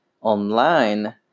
online